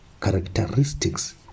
characteristics